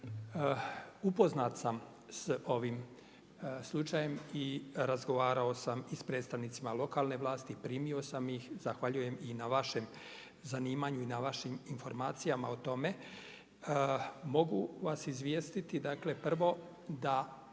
upoznat sam sa ovim slučajem i razgovarao sam i sa predstavnicima lokalne vlasti, primio sam ih. Zahvaljujem i na vašem zanimanju i na vašim informacijama o tome. Mogu vas izvijestiti, dakle prvo da